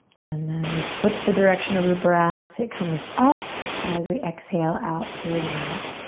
and then we flip the direction of the breath. it comes up as we exhale out through the mouth.